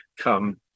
come